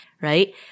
right